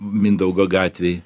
mindaugo gatvėj